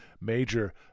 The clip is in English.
major